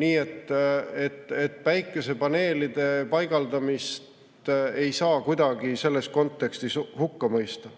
Nii et päikesepaneelide paigaldamist ei saa kuidagi selles kontekstis hukka mõista.